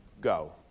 go